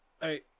Hey